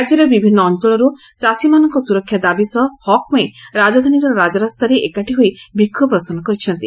ରାଜ୍ୟର ବିଭିନ୍ନ ଅଞ୍ଅଳରୁ ଚାଷୀମାନଙ୍କ ସୁରକ୍ଷା ଦାବି ସହ ହକ୍ ପାଇଁ ରାଜଧାନୀର ରାଜରାସ୍ତାରେ ଏକାଠି ହୋଇ ବିକ୍ଷୋଭ ପ୍ରଦର୍ଶନ କରିଛନ୍ତି